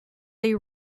they